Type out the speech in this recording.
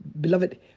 beloved